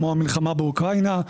כמו המלחמה באוקראינה,